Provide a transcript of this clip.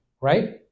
right